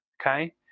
Okay